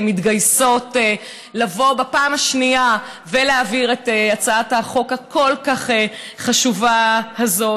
מתגייסות לבוא בפעם השנייה ולהעביר את הצעת החוק הכל-כך חשובה הזאת,